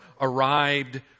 arrived